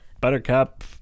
Buttercup